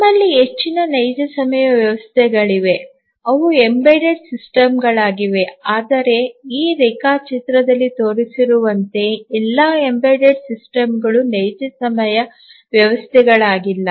ನಮ್ಮಲ್ಲಿ ಹೆಚ್ಚಿನ ನೈಜ ಸಮಯ ವ್ಯವಸ್ಥೆಗಳಿವೆ ಅವು ಎಂಬೆಡೆಡ್ ಸಿಸ್ಟಮ್ಗಳಾಗಿವೆ ಆದರೆ ಈ ರೇಖಾಚಿತ್ರದಲ್ಲಿ ತೋರಿಸಿರುವಂತೆ ಎಲ್ಲಾ ಎಂಬೆಡೆಡ್ ಸಿಸ್ಟಮ್ಗಳು ನೈಜ ಸಮಯ ವ್ಯವಸ್ಥೆಗಳಾಗಿಲ್ಲ